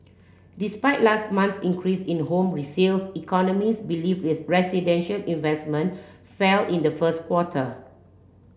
despite last month's increase in home resales economist believe is residential investment fell in the first quarter